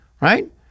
right